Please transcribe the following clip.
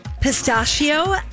Pistachio